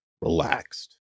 relaxed